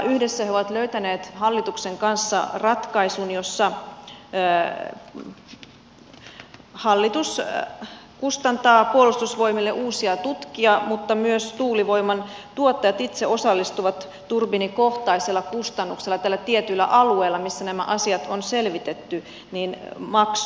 yhdessä he ovat löytäneet hallituksen kanssa ratkaisun jossa hallitus kustantaa puolustusvoimille uusia tutkia mutta myös tuulivoiman tuottajat itse osallistuvat turbiinikohtaisella kustannuksella tällä tietyllä alueella missä nämä asiat on selvitetty maksuihin